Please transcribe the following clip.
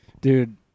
Dude